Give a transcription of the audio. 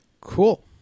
Cool